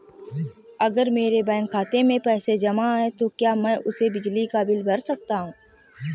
अगर मेरे बैंक खाते में पैसे जमा है तो क्या मैं उसे बिजली का बिल भर सकता हूं?